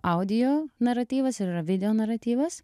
audio naratyvas yra ir video naratyvas